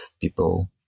people